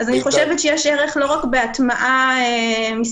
אני חושבת שיש ערך לא רק בהטמעה מסביב,